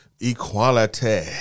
equality